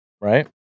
Right